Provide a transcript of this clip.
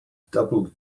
double